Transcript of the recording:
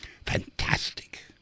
fantastic